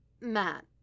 Matt